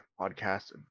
Podcast